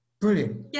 brilliant